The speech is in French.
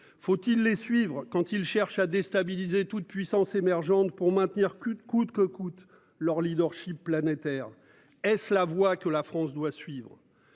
faut-il les suivre quand ils cherchent à déstabiliser toute puissance émergente pour maintenir coûte, coûte que coûte leur Leadership planétaire est la voix que la France doit suivre.